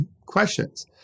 questions